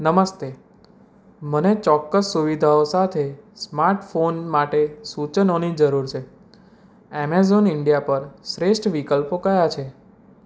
નમસ્તે મને ચોક્કસ સુવિધાઓ સાથે સ્માર્ટ ફોન માટે સૂચનોની જરૂર છે એમેઝોન ઇન્ડિયા પર શ્રેષ્ઠ વિકલ્પો કયા છે